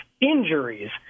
injuries